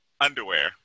underwear